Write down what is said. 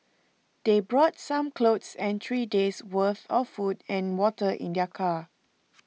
they brought some clothes and three days' worth of food and water in their car